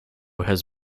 has